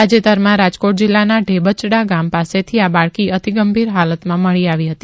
તાજેતરમાં રાજકોટ જિલ્લાના ઠેબચડા ગામ પાસેથી આ બાળકી અતિગંભીર હાલતમાં મળી આવી હતી